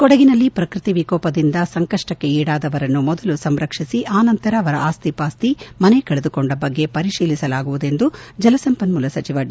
ಕೊಡಗಿನಲ್ಲಿ ಪ್ರಕೃತಿ ವಿಕೋಪದಿಂದ ಸಂಕಪ್ಪಕ್ಕೆ ಈಡಾದವರನ್ನು ಮೊದಲು ಸಂರಕ್ಷಿಸಿ ಆನಂತರ ಅವರ ಆಸ್ತಿ ಪಾಸ್ತಿ ಮನೆ ಕಳೆದುಕೊಂಡ ಬಗ್ಗೆ ಪರಿಶೀಲಿಸಲಾಗುವುದು ಎಂದು ಜಲಸಂಪನ್ಮೂಲ ಸಚಿವ ಡಿ